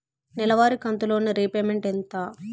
నెలవారి కంతు loan repayment ఎంత?